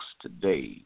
today